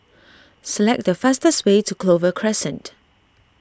select the fastest way to Clover Crescent